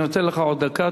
אני נותן לך עוד דקה.